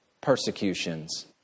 persecutions